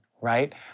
right